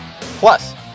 Plus